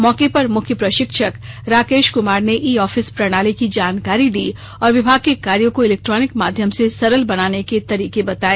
मौके पर मुख्य प्रशिक्षक राकेश कुमार ने ई ऑफिस प्रणाली की जानकारी दी और विभाग के कार्यों को इलेक्ट्रॉनिक माध्यम से सरल बनाने के तरीका बताया